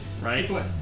Right